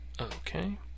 Okay